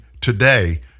today